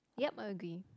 yup I agree